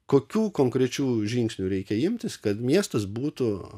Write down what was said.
kokių konkrečių žingsnių reikia imtis kad miestas būtų